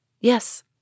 Yes